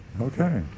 Okay